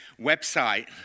website